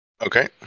Okay